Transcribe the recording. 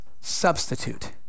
substitute